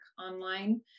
online